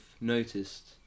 noticed